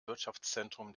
wirtschaftszentrum